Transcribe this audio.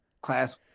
class